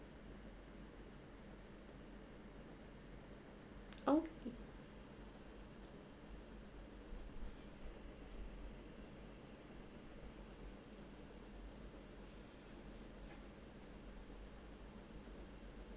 okay